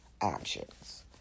options